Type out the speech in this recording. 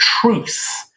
truth